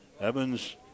Evans